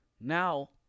Now